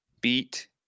beat